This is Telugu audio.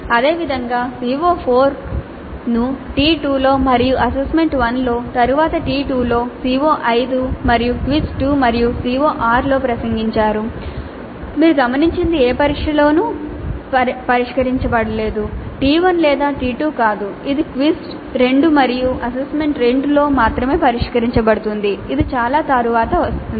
అదేవిధంగా CO4 ను T2 లో మరియు అసైన్మెంట్ 1 లో తరువాత T2 లో CO5 మరియు క్విజ్ 2 మరియు CO6 లో ప్రసంగించారు మీరు గమనించినది ఏ పరీక్షలోనూ పరిష్కరించబడలేదు T1 లేదా T2 కాదు ఇది క్విజ్ 2 మరియు అసైన్మెంట్ 2 లో మాత్రమే పరిష్కరించబడుతుంది ఇది చాలా తరువాత వస్తుంది